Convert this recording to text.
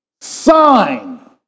sign